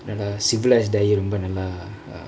ah civilised ஆகி ரொம்ப நல்லா:aagi romba nalla